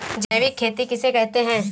जैविक खेती किसे कहते हैं?